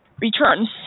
return